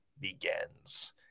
begins